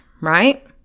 right